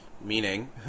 Meaning